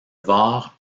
var